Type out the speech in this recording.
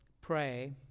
pray